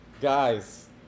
Guys